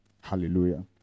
Hallelujah